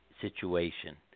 situation